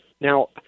now